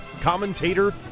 commentator